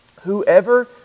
Whoever